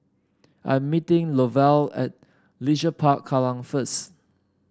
I'm meeting Lovell at Leisure Park Kallang first